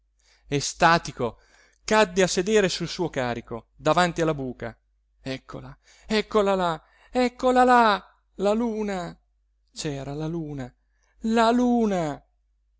scopriva estatico cadde a sedere sul suo carico davanti alla buca eccola eccola là eccola là la luna c'era la luna la luna